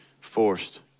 forced